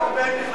אני לא הפרעתי,